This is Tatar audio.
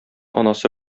анасы